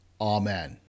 Amen